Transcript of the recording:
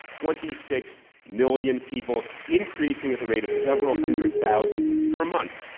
twenty six million people, increasing at the rate of several hundred thousand per month.